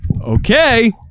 Okay